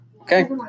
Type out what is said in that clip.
Okay